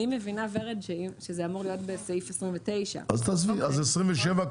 אני מבינה שזה אמור להיות בסעיף 29. אז 27,